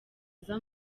aza